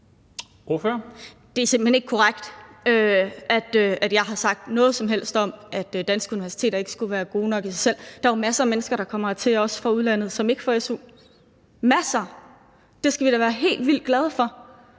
Det er simpelt hen ikke korrekt, at jeg har sagt noget som helst om, at danske universiteter ikke skulle være gode nok i sig selv. Der er jo masser af mennesker, der kommer hertil, også fra udlandet, som ikke får su – masser – og det skal vi da være helt vildt glade for,